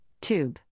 Tube